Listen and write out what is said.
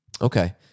Okay